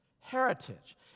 Heritage